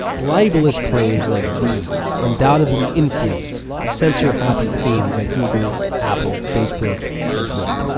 libelous claims like these undoubtedly influence the censor-happy fiends at google, apple, facebook, and twitter.